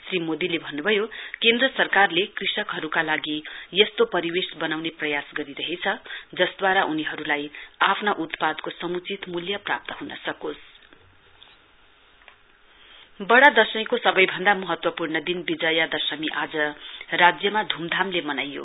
श्री मोदीले भन्न्भयो केन्द्र सरकारले कृषकहरुका लागि यस्तो परिवेश वनाउने प्रयास गरिरहेछ जसद्वारा उनीहरुलाई आफ्ना उत्पादको समुचित मूल्य प्राप्त ह्न सकोस फेसटीबल वड़ा दशैंको सवैभन्दा महत्वपूर्ण दिन विजया दशमी आज राज्यमा धूमधामले मनाइयो